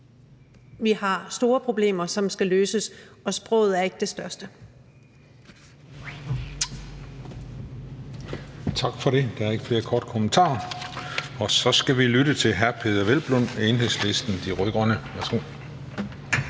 vi har store problemer, som skal løses, og sproget er ikke det største.